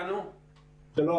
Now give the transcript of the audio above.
שלום,